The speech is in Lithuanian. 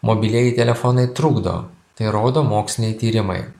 mobilieji telefonai trukdo tai rodo moksliniai tyrimai